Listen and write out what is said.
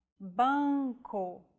Banco